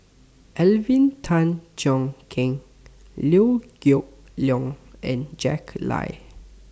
Alvin Tan Cheong Kheng Liew Geok Leong and Jack Lai